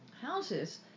houses